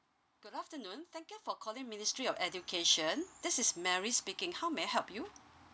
good afternoon thank you for calling ministry of education this is mary speaking how may I help you